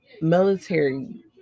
military